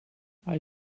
hij